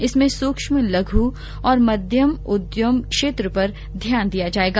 इसमें सुक्ष्म लघ और मध्यम उद्यम क्षेत्र पर ध्यान दिया जाएगा